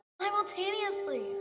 Simultaneously